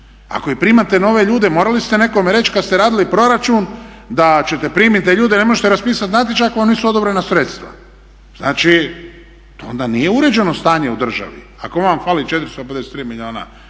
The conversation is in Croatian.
Ako i primate nove ljude morali ste nekome reći kad ste radili proračun da ćete primiti te ljude, ne možete raspisati natječaj ako vam nisu odobrena sredstva. Znači to onda nije uređeno stanje u državi ako vam hvali 453 milijuna